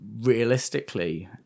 Realistically